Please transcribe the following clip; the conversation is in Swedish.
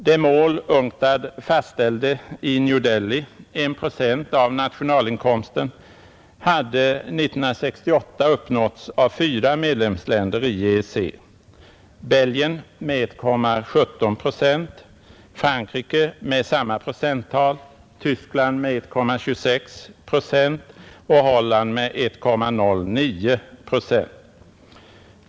Det mål UNCTAD fastställde i New Delhi, I procent av bruttonationalinkomsten, hade 1968 uppnåtts av fyra medlemsländer i EEC: Belgien med 1,17 procent, Frankrike med samma procenttal, Västtyskland med 1,26 och Holland med 1,09 procent.